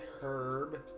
herb